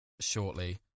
shortly